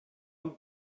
und